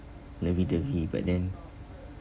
lovey dovey but then